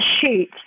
shoot